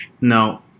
No